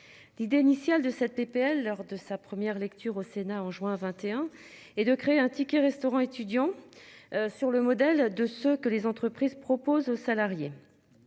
L'idée initiale de cette PPL lors de sa première lecture au Sénat en juin à 21 et de créer un ticket-restaurant étudiant. Sur le modèle de ce que les entreprises propose aux salariés.